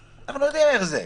יודעים איך זה.